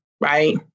right